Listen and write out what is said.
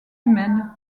humaines